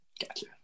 Gotcha